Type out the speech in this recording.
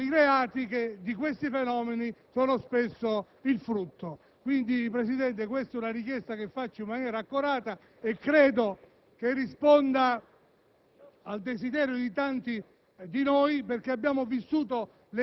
per prevenire fenomeni del genere o per reprimere i reati che di questi fenomeni sono spesso il frutto. Presidente, la mia è una richiesta che faccio in maniera accorata e credo che risponda